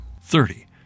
Thirty